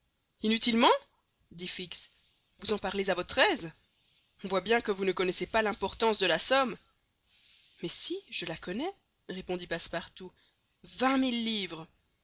inutilement dit fix vous en parlez à votre aise on voit bien que vous ne connaissez pas l'importance de la somme mais si je la connais répondit passepartout vingt mille livres